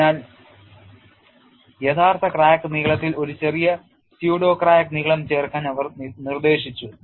അതിനാൽ യഥാർത്ഥ ക്രാക്ക് നീളത്തിൽ ഒരു ചെറിയ സ്യൂഡോ ക്രാക്ക് നീളം ചേർക്കാൻ അവർ നിർദ്ദേശിച്ചു